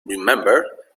remember